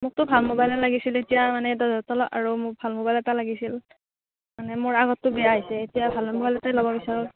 মোকতো ভাল মোবাইলে লাগিছিল এতিয়া মানে দহ হাজাৰৰ তলত আৰু মোক ভাল মোবাইল এটা লাগিছিল মানে মোৰ আগৰটো বেয়া হৈছে এতিয়া ভাল মোবাইল এটাই ল'ব বিচাৰোঁ